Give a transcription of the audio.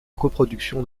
coproduction